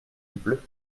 bleu